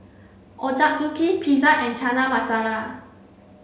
Ochazuke Pizza and Chana Masala